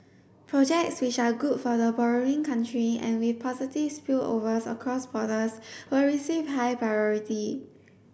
projects which are good for the borrowing country and with positive spillovers across borders will receive high priority